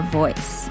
voice